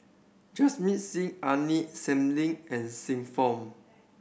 Jamit Singh Aini Salim and Xiu Fang